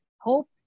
hope